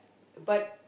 but